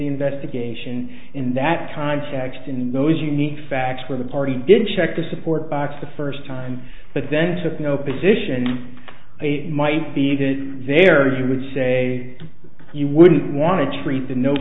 investigation in that time checks in those unique facts where the party didn't check the support box the first time but then took no position it might be good there you would say you wouldn't want to treat the no